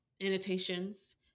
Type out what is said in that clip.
annotations